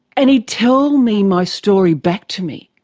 and he'd tell me my story back to me,